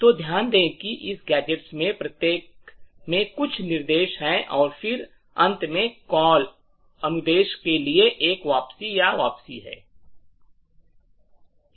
तो ध्यान दें कि इन गैजेट्स में से प्रत्येक में कुछ निर्देश हैं और फिर अंत में कॉल अनुदेश के लिए एक वापसी या वापसी है